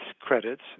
credits